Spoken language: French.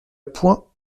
point